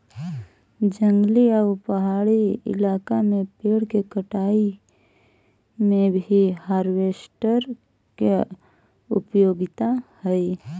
जंगली आउ पहाड़ी इलाका में पेड़ के कटाई में भी हार्वेस्टर के उपयोगिता हई